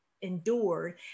endured